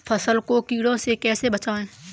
फसल को कीड़ों से कैसे बचाएँ?